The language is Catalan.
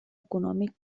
econòmic